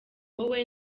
wowe